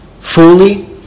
fully